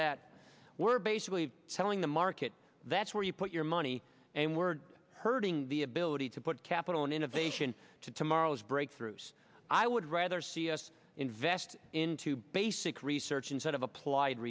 that we're basically telling the market that's where you put your money and we're hurting the ability to put capital in innovation to tomorrow's breakthroughs i would rather see us invest into basic research instead of applied